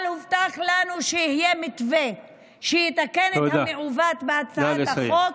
אבל הובטח לנו שיהיה מתווה שיתקן את המעוות בהצעת החוק.